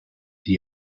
die